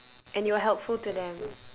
and you are helpful to them